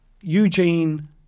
Eugene